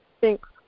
Thanks